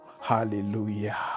Hallelujah